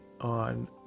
on